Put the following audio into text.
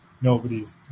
Nobody's